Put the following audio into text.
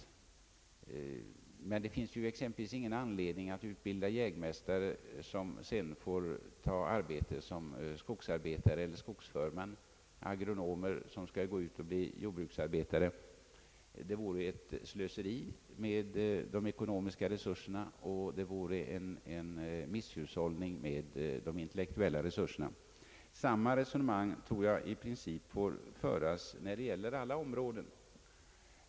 Emellertid finns det exempelvis ingen anledning att utbilda jägmästare, som sedan får ta arbete som skogsarbetare eller skogsförmän, eller att utbilda agronomer som får bli jordbruksarbetare o.s.v. Det vore slöseri med de ekonomiska resurserna, och det vore misshushållning med de intellektuella resurserna. Samma resonemang tror jag i princip får föras när det gäller andra områden.